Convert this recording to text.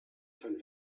kein